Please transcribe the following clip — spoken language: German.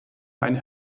eine